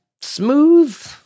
smooth